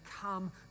come